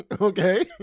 okay